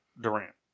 Durant